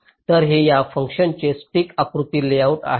तर हे या फंक्शनचे स्टिक आकृती लेआउट आहे